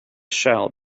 shell